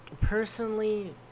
Personally